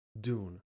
Dune